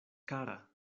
kara